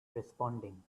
responding